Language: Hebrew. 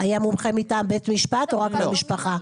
היה מומחה מטעם בית משפט או רק מהמשפחה?